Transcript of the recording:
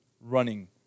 running